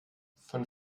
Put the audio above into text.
von